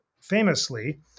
famously